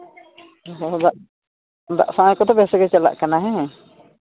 ᱫᱟᱜ ᱥᱟᱶᱟᱭ ᱠᱚᱫᱚ ᱵᱮᱥ ᱜᱮ ᱪᱟᱞᱟᱜ ᱠᱟᱱᱟ ᱵᱟᱝ